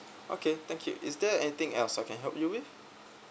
okay thank you is there anything else I can help you with